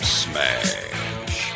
smash